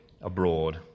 abroad